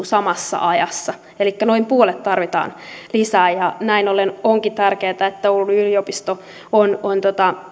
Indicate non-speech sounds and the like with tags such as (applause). (unintelligible) samassa ajassa elikkä noin puolet tarvitaan lisää näin ollen onkin tärkeätä että oulun yliopisto on on